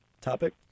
topic